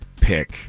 pick